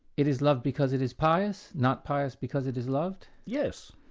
it is loved because it is pious, not pious because it is loved? yes.